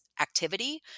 activity